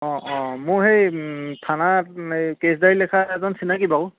অঁ অঁ মোৰ সেই থানাত এই কেছ ডায়েৰী লিখা এজন চিনাকি বাৰু